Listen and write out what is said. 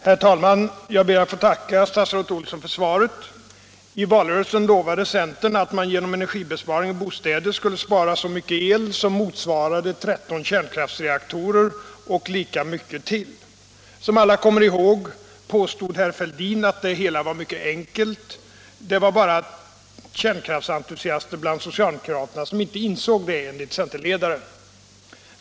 Herr talman! Jag ber att få tacka statsrådet Olsson för svaret. I valrörelsen lovade centern att man genom energibesparing i bostäder skulle spara så mycket el som motsvarade 13 kärnkraftsreaktorer och lika mycket till. Som alla kommer ihåg påstod herr Fälldin att det hela var mycket enkelt. Det var bara kärnkraftsentusiaster bland socialdemokraterna som inte insåg det, enligt centerledaren.